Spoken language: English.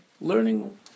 Learning